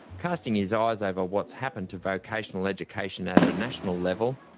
casting his eyes over what's happened to vocational education at a national level,